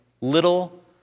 little